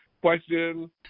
question